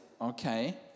okay